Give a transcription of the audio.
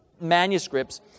manuscripts